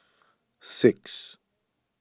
six